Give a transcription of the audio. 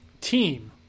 team